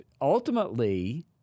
ultimately